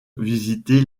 visiter